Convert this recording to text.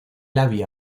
había